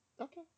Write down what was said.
Okay